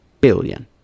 billion